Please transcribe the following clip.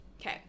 Okay